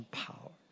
power